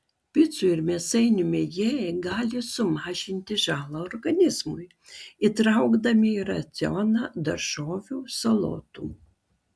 picų ir mėsainių mėgėjai gali sumažinti žalą organizmui įtraukdami į racioną daržovių salotų